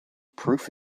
proof